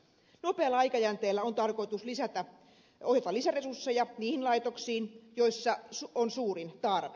nopealla aikajänteellä on tarkoitus ohjata lisäresursseja niihin laitoksiin joissa on suurin tarve